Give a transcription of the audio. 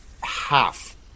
half